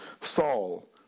Saul